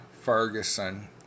Ferguson